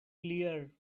clear